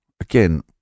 again